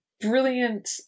brilliant